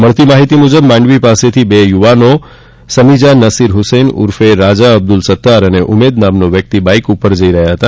મળતી માહિતી મુજબ માંડવી પાસેથી બે યુવાનો સમીજા નાસીર હુસૈન ઉર્ફે રાજા અબ્દુલ સત્તાર અને ઉમદ નામનો વ્યક્તિ બાઇક પર જઈ રહ્યા હતા